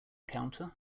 counter